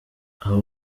abo